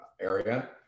area